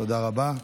תודה רבה.